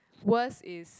worst is